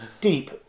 deep